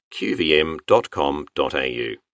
qvm.com.au